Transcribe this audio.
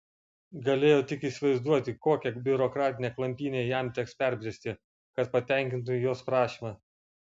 galėjo tik įsivaizduoti kokią biurokratinę klampynę jam teks perbristi kad patenkintų jos prašymą